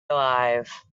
alive